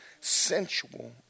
sensual